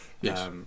Yes